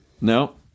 No